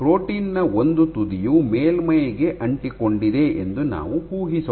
protein ನ ಒಂದು ತುದಿಯು ಮೇಲ್ಮೈಗೆ ಅಂಟಿಕೊಂಡಿದೆ ಎಂದು ನಾವು ಊಹಿಸೋಣ